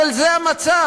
אבל זה המצב.